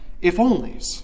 if-onlys